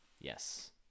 Yes